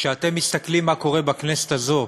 כשאתם מסתכלים מה קורה בכנסת הזו,